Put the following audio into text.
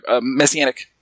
Messianic